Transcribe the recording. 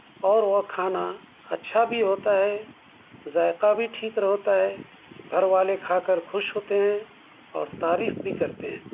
اور وہ کھانا اچھا بھی ہوتا ہے ذائقہ بھی ٹھیک رہتا ہے گھر والے کھا کر خوش ہوتے ہیں اور تعریف بھی کرتے ہیں